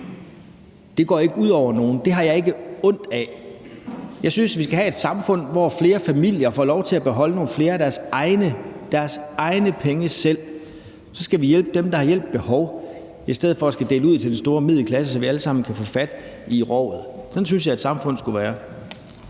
går ikke ud over nogen. Det har jeg ikke ondt af. Jeg synes, vi skal have et samfund, hvor flere familier får lov til at beholde nogle flere af deres egne penge selv. Så skal vi hjælpe dem, der har hjælp behov, i stedet for at dele ud til den store middelklasse, så vi alle sammen kan få fat i rovet. Sådan synes jeg et samfund skulle være.